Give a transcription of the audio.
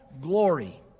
glory